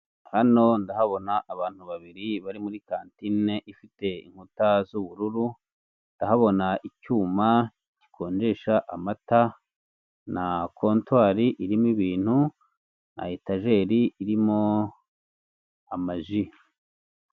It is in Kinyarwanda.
Hano ndahabona ibintu babiri bari muri kantine ifite inkuta z'ubururu, ndahabona icyuma gikonjesha amata, na kontwari irimo ibintu, na etajeri irimo amaji.